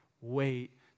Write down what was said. wait